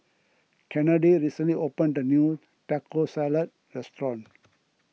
Kennedy recently opened a new Taco Salad restaurant